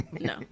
No